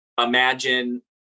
imagine